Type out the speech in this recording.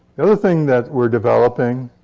the other thing that we're developing